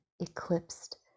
eclipsed